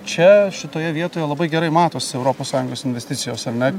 čia šitoje vietoje labai gerai matosi europos sąjungos investicijos ar ne